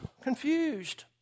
confused